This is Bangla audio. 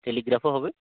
টেলিগ্রাফও হবে